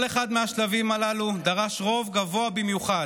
כל אחד מהשלבים הללו דרש רוב גבוה במיוחד,